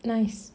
nice